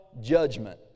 judgment